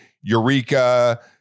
Eureka